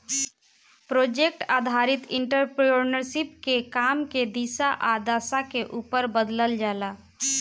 project आधारित entrepreneurship के काम के दिशा आ दशा के उपर बदलल जाला